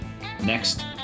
next